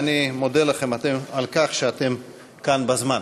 ואני מודה לכם על כך שאתם כאן בזמן.